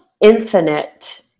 infinite